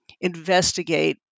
investigate